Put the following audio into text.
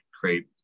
create